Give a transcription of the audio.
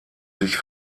sich